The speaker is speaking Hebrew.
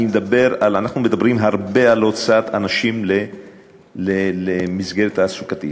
אנחנו מדברים הרבה על הוצאת אנשים למסגרת תעסוקתית.